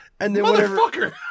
Motherfucker